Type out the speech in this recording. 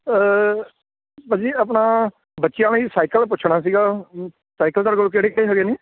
ਭਾਅ ਜੀ ਆਪਣਾ ਬੱਚਿਆਂ ਨੂੰ ਜੀ ਸਾਈਕਲ ਪੁੱਛਣਾ ਸੀਗਾ ਸਾਈਕਲ ਤੁਹਾਡੇ ਕੋਲ ਕਿਹੜੇ ਕਿਹੜੇ ਹੈਗੇ ਨੇ